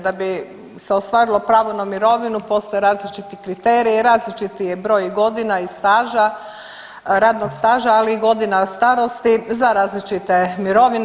Da bi se ostvarilo pravo na mirovinu postoje različiti kriteriji, različiti je broj godina i staža, radnog staža ali i godina starosti za različite mirovine.